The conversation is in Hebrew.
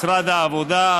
משרד העבודה,